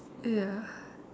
ya